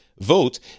vote